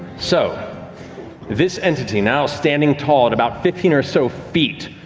so this entity, now standing tall at about fifteen or so feet,